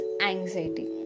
anxiety